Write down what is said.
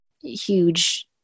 huge